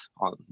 on